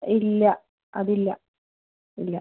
ഇല്ല അത് ഇല്ല ഇല്ല